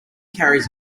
carries